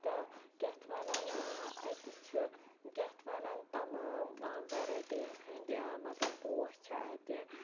تہٕ کیاہ اَتھ وَنان اَتہِ چھُ کیاہ اَتھ وَنان تَمام ویرایٹِیَن ہٕنٛدۍ مَطلَب پوش چھِ اَتہِ